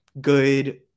good